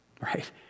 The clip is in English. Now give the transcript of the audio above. right